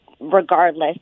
regardless